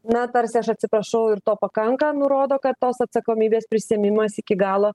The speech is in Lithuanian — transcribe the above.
na tarsi aš atsiprašau ir to pakanka nu rodo kad tos atsakomybės prisiėmimas iki galo